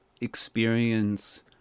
experience